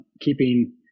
keeping